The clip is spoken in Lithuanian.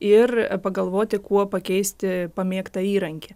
ir pagalvoti kuo pakeisti pamėgtą įrankį